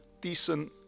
decent